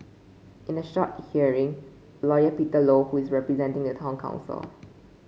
in a short hearing lawyer Peter Low who is representing the town council